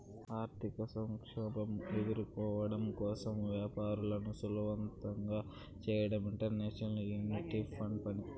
ఆర్థిక సంక్షోభం ఎదుర్కోవడం కోసం వ్యాపారంను సులభతరం చేయడం ఇంటర్నేషనల్ మానిటరీ ఫండ్ పని